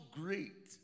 great